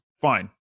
fine